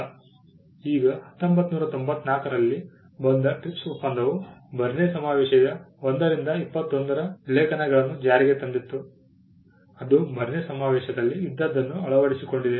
ಈಗ 1994 ರಲ್ಲಿ ಬಂದ TRIPS ಒಪ್ಪಂದವು ಬರ್ನ್ ಸಮಾವೇಶದ 1 ರಿಂದ 21 ಲೇಖನಗಳನ್ನು ಜಾರಿಗೆ ತಂದಿತು ಅದು ಬರ್ನ್ ಸಮಾವೇಶದಲ್ಲಿ ಇದ್ದದ್ದನ್ನು ಅಳವಡಿಸಿಕೊಂಡಿದೆ